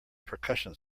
percussion